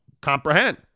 comprehend